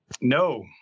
No